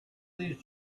these